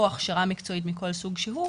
או הכשרה מקצועית מכל סוג שהוא,